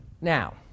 now